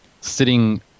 sitting